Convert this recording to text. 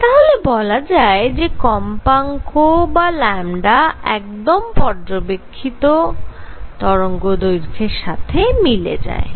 তাহলে বলা যায় যে কম্পাঙ্ক বা একদম পর্যবেক্ষিত তরঙ্গদৈর্ঘ্যের সাথে মিলে যায়